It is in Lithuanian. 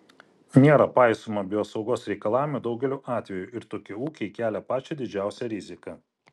nėra paisoma biosaugos reikalavimų daugeliu atvejų ir tokie ūkiai kelia pačią didžiausią riziką